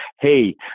hey